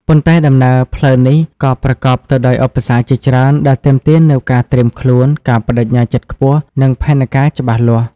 ប៉ុន្តែ ដំណើរផ្លូវនេះក៏ប្រកបទៅដោយឧបសគ្គជាច្រើនដែលទាមទារនូវការត្រៀមខ្លួន ការប្តេជ្ញាចិត្តខ្ពស់ និងផែនការច្បាស់លាស់។